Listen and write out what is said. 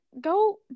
go